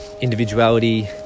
individuality